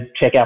checkout